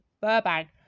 Burbank